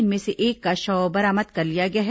इनमें से एक का शव बरामद कर लिया गया है